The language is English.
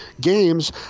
games